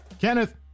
Kenneth